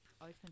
open